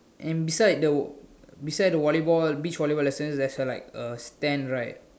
and beside the beside the volleyball beach volleyball lesson there's a like a stand right